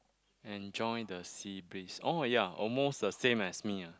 enjoy the sea breeze oh ya almost the same as me ah